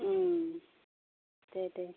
दे दे